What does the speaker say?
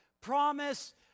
Promise